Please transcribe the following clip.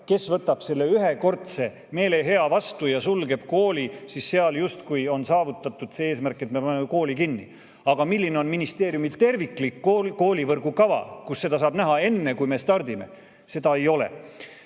keegi võtab selle ühekordse meelehea vastu ja sulgeb kooli, siis justkui on saavutatud see eesmärk, et me paneme kooli kinni. Aga milline on ministeeriumi terviklik koolivõrgukava, kus seda saab näha, enne kui me stardime? Seda ei ole.